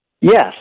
Yes